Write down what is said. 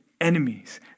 enemies